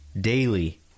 daily